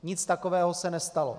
Nic takového se nestalo.